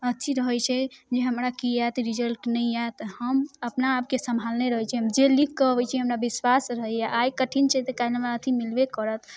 अथी रहै छै जे हमरा कीआयत रिजल्ट नहि आयत हम अपना आपके सम्भालने रहै छी हम जे लिखिकऽ अबै छी हमरा विश्वास रहैए आइ कठिन छै तऽ कल्हि हमरा अथी मिलबे करत